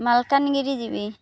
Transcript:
ମାଲକାନଗିରି ଯିବି